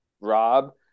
Rob